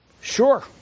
Sure